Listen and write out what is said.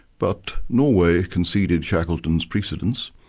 but norway conceded shackleton's precedence.